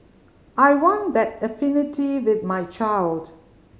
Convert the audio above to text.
I want that affinity with my child